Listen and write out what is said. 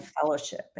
fellowship